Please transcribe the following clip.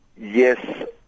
yes